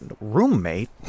roommate